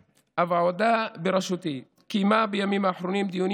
הוועדה בראשותי קיימה בימים האחרונים דיונים